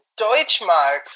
Deutschmarks